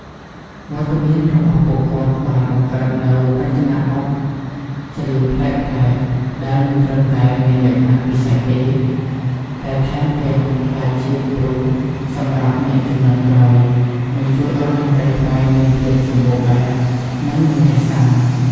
វត្តមានរបស់ពួកគាត់បានបង្កើតនូវ រចនាបថច្រៀងប្លែកៗ ដែលមិនត្រឹមតែមានលក្ខណៈពិសេសទេ តែថែមទាំងក្លាយជាគំរូសម្រាប់អ្នកជំនាន់ក្រោយ និងជួយឱ្យតន្ត្រីខ្មែរមានភាពសម្បូរបែប និងមិនចេះសាំ។